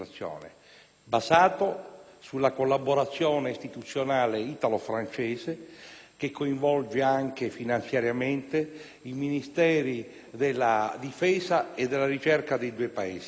basato sulla collaborazione istituzionale italo-francese, che coinvolge, anche finanziariamente, i Ministeri della difesa e della ricerca dei due Paesi.